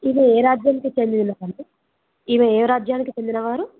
ఈమె ఏ రాజ్యానికి చెందినదండి ఈమె ఏ రాజ్యానికి చెందినవారు